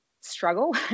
struggle